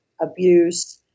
abuse